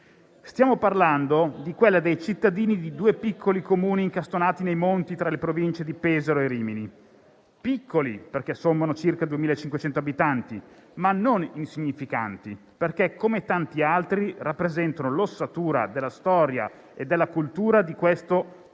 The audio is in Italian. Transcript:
Stiamo parlando di quella dei cittadini di due piccoli Comuni incastonati nei monti tra le Province di Pesaro e Rimini, piccoli perché assommano circa 2.500 abitanti, ma non insignificanti, perché come tanti altri rappresentano l'ossatura della storia e della cultura di questo Paese